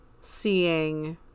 seeing